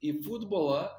į futbolą